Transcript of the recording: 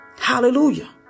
Hallelujah